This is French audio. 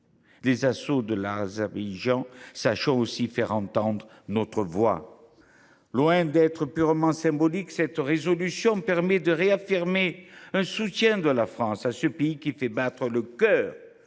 les assauts de l’Azerbaïdjan, sachons aussi faire entendre notre voix. Loin d’être purement symbolique, cette résolution permet de réaffirmer le soutien de la France à ce pays qui fait battre le cœur